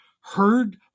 heard